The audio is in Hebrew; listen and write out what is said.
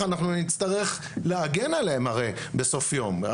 אנחנו נצטרך להגן עליהם הרי בסוף היום.